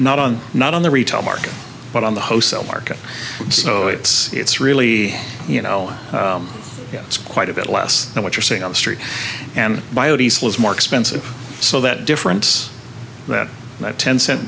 not on not on the retail market but on the hotel market so it's it's really you know it's quite a bit less than what you're seeing on the street and biodiesel is more expensive so that difference that that ten cent